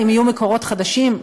אם יהיו מקורות חדשים,